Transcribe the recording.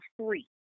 three